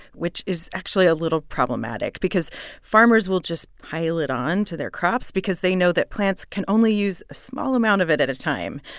which is actually a little problematic because farmers will just pile it onto their crops because they know that plants can only use a small amount of it at a time.